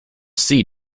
sea